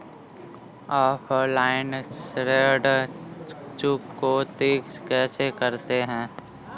Offline ऋण चुकौती कैसे करते हैं?